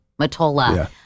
Matola